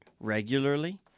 regularly